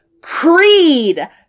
creed